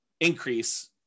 increase